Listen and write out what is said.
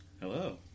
Hello